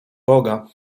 boga